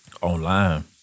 online